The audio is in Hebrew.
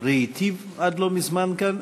ראיתיו עד לא מזמן כאן.